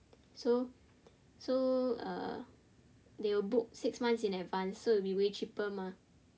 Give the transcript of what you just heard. so so uh they will book six months in advance so it will be way cheaper mah